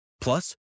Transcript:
Plus